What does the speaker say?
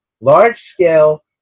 large-scale